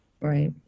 Right